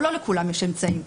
אבל לא לכולם יש אמצעים,